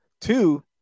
two